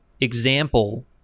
example